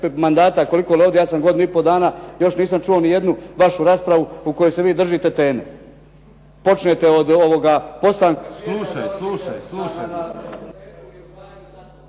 mandata koliko li ovdje, ja sam godinu i po dana, još nisam čuo ni jednu vašu raspravu u kojoj se vi držite teme. Počnete od postanka …/Govornik nije